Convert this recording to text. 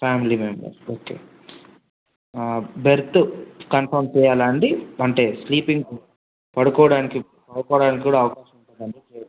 family members okay berth confirm చెయ్యాలి అండి అంటే స్లీపింగ్ పడుకోవడానికి పడుకోవడానికి కూడా అవకాశం ఉంటుంది అండి